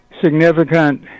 significant